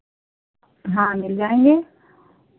हाँ मिल जाएँगे